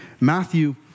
Matthew